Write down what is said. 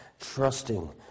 trusting